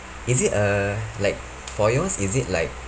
is it uh like for yours is it like